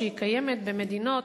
שקיימת במדינות